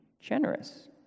generous